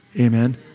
Amen